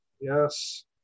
Yes